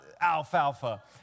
Alfalfa